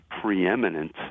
preeminent